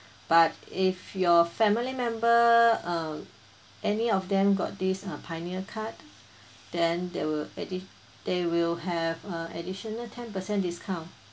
but if your family member uh any of them got these uh pioneer card then they will addi~ they will have a additional ten percent discount